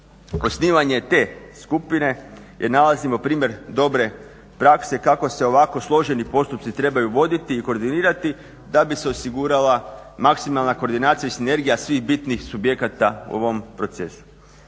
Osnivanje te skupine je nalazimo primjer dobre prakse kako se ovako složeni postupci trebaju voditi i koordinirati da bi se osigurala maksimalna koordinacija i sinergija svih bitnih subjekata u ovom procesu.